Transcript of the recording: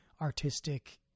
artistic